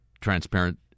transparent